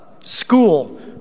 School